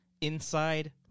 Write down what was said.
Inside